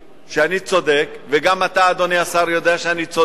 שאני צודק, וגם אתה, אדוני השר, יודע שאני צודק,